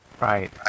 Right